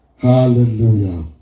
Hallelujah